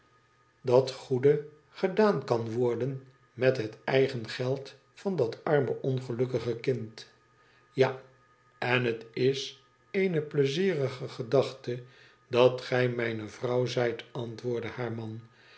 dat goede gedaan zal worden met het eigen geld van dat arme ongelukkige kind ja en het is eene pleizierige gedachte dat gij mijne vrouw zijt antwoordde haar man